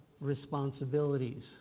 responsibilities